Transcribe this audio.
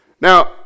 Now